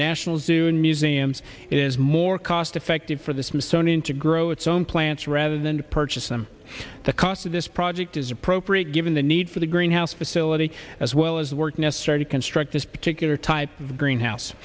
national zoo in museums is more cost effective for the smithsonian to grow its own plants rather than to purchase them the cost of this project is appropriate given the need for the greenhouse facility as well as the work necessary to construct this particular type of greenhouse